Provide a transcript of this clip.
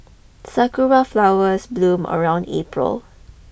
sakura flowers bloom around April